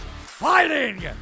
Fighting